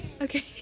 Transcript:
Okay